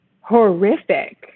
horrific